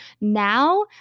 now